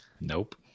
Nope